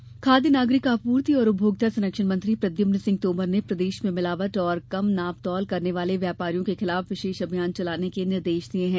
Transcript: विशेष अभियान खाद्य नागरिक आपूर्ति एवं उपभोक्ता संरक्षण मंत्री प्रद्यमन सिंह तोमर ने प्रदेश में मिलावट और कम नाप तौल करने वाले व्यापारियों के विरुद्ध विशेष अभियान चलाने के निर्देश दिए हैं